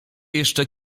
jeszcze